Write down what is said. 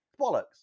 Bollocks